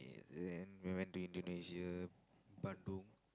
then we went to Indonesia Bandung